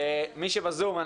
מי שב-זום,